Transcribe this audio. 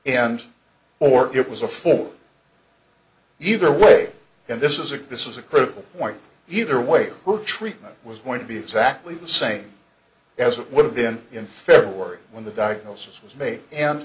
and or it was a for either way and this is a this is a critical point either way we're treatment was going to be exactly the same as it would have been in february when the diagnosis was made and